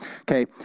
Okay